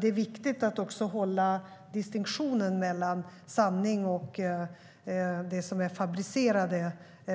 Det är viktigt att göra en distinktion mellan sanning och det som är fabricerade